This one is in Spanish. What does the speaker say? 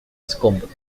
escombros